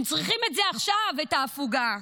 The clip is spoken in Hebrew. הם צריכים עכשיו את ההפוגה.